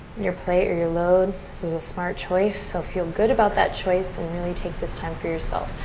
your plate, your your load. this is a smart choice so feel good about that choice and really take this time for yourself.